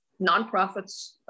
nonprofits